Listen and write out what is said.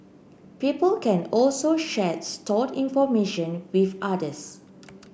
people can also share stored information with others